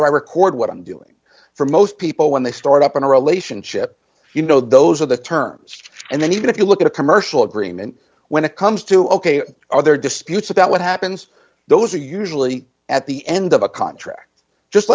i record what i'm doing for most people when they start up in a relationship you know those are the terms and then even if you look at a commercial agreement when it comes to ok are there disputes about what happens those are usually at the end of a contract just